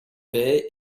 bai